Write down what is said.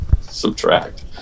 Subtract